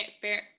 fair